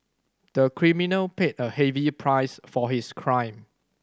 the criminal paid a heavy price for his crime